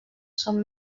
són